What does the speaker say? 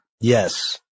Yes